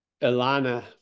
Elana